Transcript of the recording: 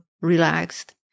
relaxed